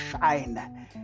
shine